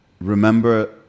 remember